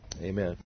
Amen